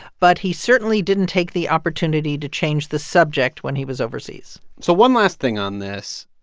but he certainly didn't take the opportunity to change the subject when he was overseas so one last thing on this.